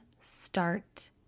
start